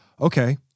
okay